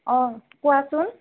অঁ কোৱাচোন